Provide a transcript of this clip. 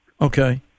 Okay